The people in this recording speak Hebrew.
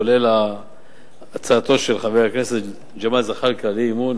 כולל הצעתו של חבר הכנסת ג'מאל זחאלקה לאי-אמון.